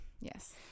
Yes